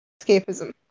escapism